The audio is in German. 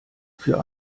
für